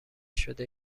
شده